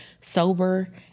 sober